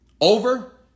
over